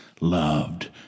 loved